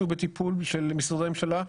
שהוא בטיפול של משרדי הממשלה,